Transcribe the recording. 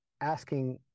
asking